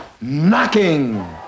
Knocking